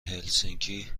هلسینکی